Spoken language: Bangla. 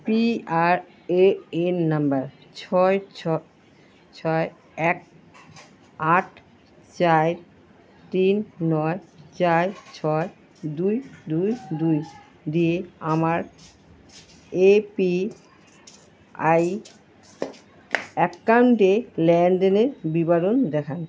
P R A N number ছয় ছ ছয় এক আট চার তিন নয় চার ছয় দুই দুই দুই দিয়ে আমার এপি আই অ্যাকাউন্টে লেনদেনের বিবরণ দেখান